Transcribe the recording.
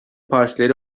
partileri